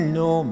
no